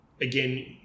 again